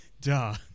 Duh